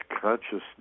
Consciousness